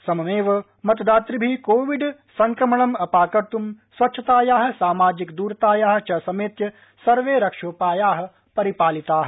सममेव मतदातृभिः कोविड संक्रमणंम अपाकत् स्वच्छतायाः सामाजिक द्रतायाः च समेत्य सर्वे रक्षोपायाः परिपालिताः